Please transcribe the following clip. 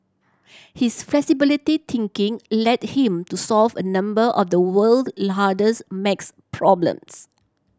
his flexibly thinking led him to solve a number of the world's hardest max problems